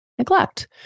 neglect